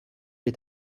est